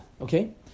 okay